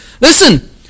Listen